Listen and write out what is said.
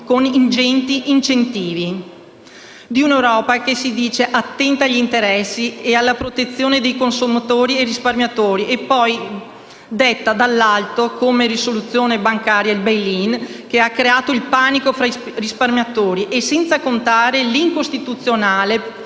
con ingenti incentivi. Un'Europa che si dice attenta agli interessi e alla protezione dei consumatori e risparmiatori e poi detta dall'alto come risoluzione bancaria il *bail in* che ha creato il panico fra i risparmiatori senza contarne l'incostituzionalità